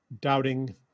doubting